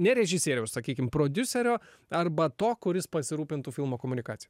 ne režisieriaus sakykim prodiuserio arba to kuris pasirūpintų filmo komunikacija